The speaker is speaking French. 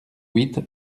huit